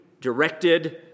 directed